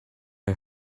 and